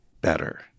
better